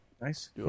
Nice